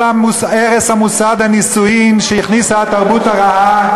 כל הרס מוסד הנישואין שהכניסה התרבות הרעה,